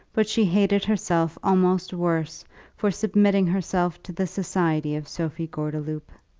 but she hated herself almost worse for submitting herself to the society of sophie gordeloup.